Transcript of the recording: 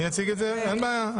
אני אציג את זה, אין בעיה.